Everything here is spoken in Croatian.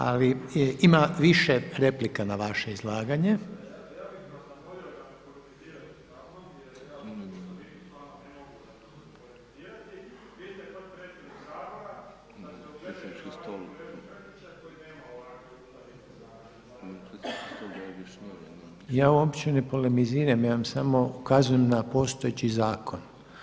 Ali ima više replika na vaše izlaganje. … [[Upadica se ne čuje.]] Ja uopće ne polemiziram, ja vam samo ukazujem na postojeći zakon.